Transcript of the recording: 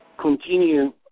continue